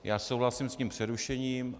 Já souhlasím s tím přerušením.